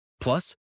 Plus